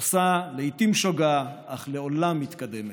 עושה, לעיתים שוגה, אך לעולם מתקדמת.